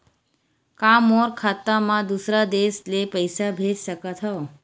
का मोर खाता म दूसरा देश ले पईसा भेज सकथव?